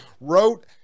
wrote